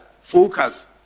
focus